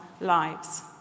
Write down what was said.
lives